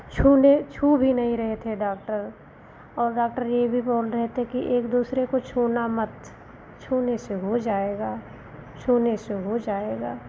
छूने छू भी नहीं रहे थे डॉक्टर और डॉक्टर यह भी बोल रहे थे कि एक दूसरे को छूना मत छूने से हो जाएगा छूने से हो जाएगा